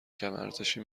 کمارزشی